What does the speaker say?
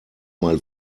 mal